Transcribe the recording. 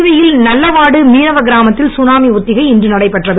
புதுவையில் நல்லவாடு மீனவ கிராமத்தில் சுனாமி ஒத்திகை இன்று நடைபெற்றது